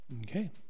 Okay